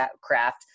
Craft